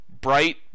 bright